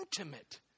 intimate